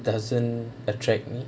doesn't attract me